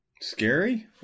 Scary